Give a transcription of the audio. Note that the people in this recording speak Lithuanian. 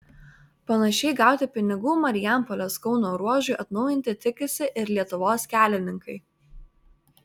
panašiai gauti pinigų marijampolės kauno ruožui atnaujinti tikisi ir lietuvos kelininkai